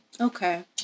Okay